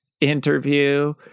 interview